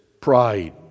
pride